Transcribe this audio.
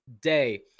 day